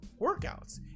workouts